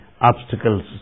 obstacles